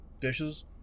dishes